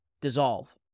dissolve